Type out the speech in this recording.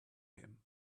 him